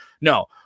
No